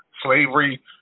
slavery